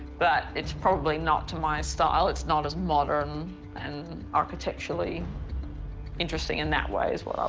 but it's probably not to my style. it's not as modern and architecturally interesting in that way as what i